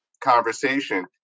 conversation